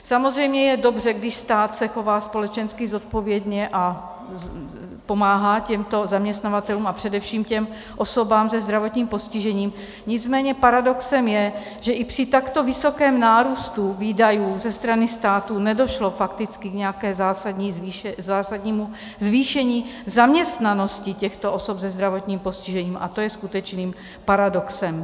Samozřejmě je dobře, když stát se chová společensky zodpovědně a pomáhá těmto zaměstnavatelům a především těm osobám se zdravotním postižením, nicméně paradoxem je, že i při takto vysokém nárůstu výdajů ze strany státu nedošlo fakticky k nějakému zásadnímu zvýšení zaměstnanosti osob se zdravotním postižením, to je skutečným paradoxem.